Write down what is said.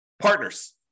Partners